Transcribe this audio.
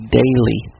daily